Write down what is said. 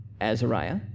Azariah